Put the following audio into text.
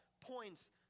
points